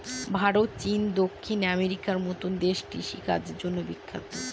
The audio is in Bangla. ভারত, চীন, দক্ষিণ আমেরিকার মতো দেশ কৃষিকাজের জন্য বিখ্যাত